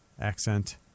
accent